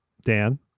Dan